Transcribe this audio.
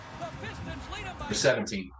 17